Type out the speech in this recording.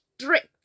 strict